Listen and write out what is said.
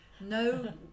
no